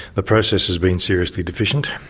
the process has been seriously deficient.